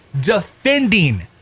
defending